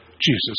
Jesus